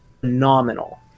phenomenal